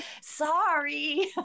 Sorry